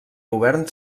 govern